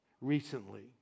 recently